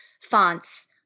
fonts